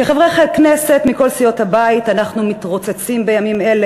כחברי הכנסת מכל סיעות הבית אנחנו מתרוצצים בימים אלה,